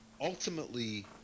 ultimately